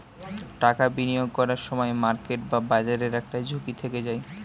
টাকা বিনিয়োগ করার সময় মার্কেট বা বাজারের একটা ঝুঁকি থেকে যায়